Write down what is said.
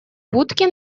будке